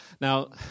Now